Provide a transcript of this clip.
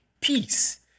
peace